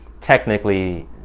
technically